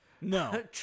no